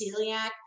celiac